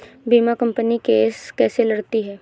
बीमा company case कैसे लड़ती है?